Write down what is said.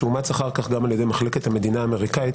שאומץ אחר כך גם על ידי מחלקת המדינה האמריקנית,